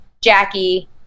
Jackie